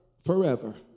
forever